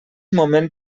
moment